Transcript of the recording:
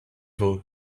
work